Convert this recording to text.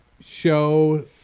show